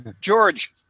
George